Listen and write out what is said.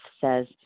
says